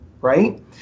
right